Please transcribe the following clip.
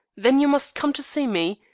then you must come to see me,